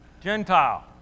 Gentile